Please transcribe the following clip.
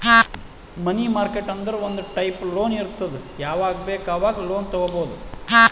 ಮನಿ market ಅಂದುರ್ ಒಂದ್ type loan ಇರ್ತುದ್ ಯಾವಾಗ್ ಬೇಕ್ ಆವಾಗ್ ಲೋನ್ ತಗೊಬೋದ್